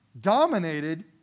Dominated